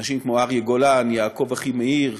אנשים כמו אריה גולן, יעקב אחימאיר,